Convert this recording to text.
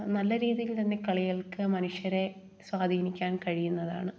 നല്ല രീതിയിൽ തന്നെ കളികൾക്ക് മനുഷ്യരെ സ്വാധീനിക്കാൻ കഴിയുന്നതാണ്